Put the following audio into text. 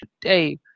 today